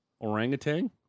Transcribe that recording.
orangutan